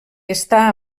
està